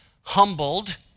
humbled